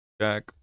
Jack